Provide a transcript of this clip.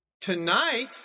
tonight